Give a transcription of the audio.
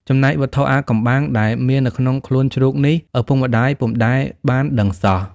ចំណែកវត្ថុអាថ៌កំបាំង ដែលមាននៅក្នុងខ្លួនជ្រូកនេះ ឪពុកម្ដាយពុំដែលបានដឹងសោះ ។